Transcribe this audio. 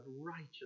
righteous